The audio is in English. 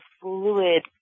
fluid